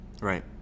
right